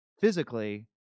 physically